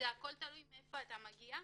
הכול תלוי מאיפה אתה מגיע.